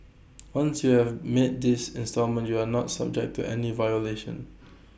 once you have made this instalment you are not subject to any violation